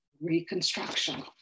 Reconstruction